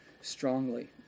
strongly